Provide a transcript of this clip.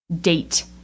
date